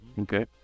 Okay